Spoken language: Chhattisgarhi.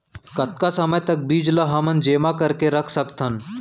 कतका समय तक बीज ला हमन जेमा करके रख सकथन?